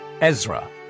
Ezra